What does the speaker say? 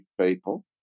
people